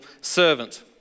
servant